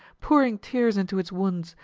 pouring tears into its wounds,